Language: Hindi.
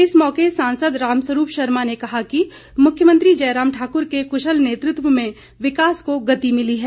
इस मौके सांसद रामस्वरूप शर्मा ने कहा कि मुख्यमंत्री जयराम ठाकुर के कुशल नेतृत्व में विकास को गति मिली है